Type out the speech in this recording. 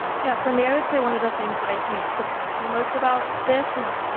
yeah, for me, i would say one of the things that i think surprised me most about this is,